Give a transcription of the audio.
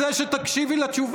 זה ייצור תקדים.